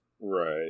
Right